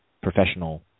professional